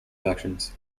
actions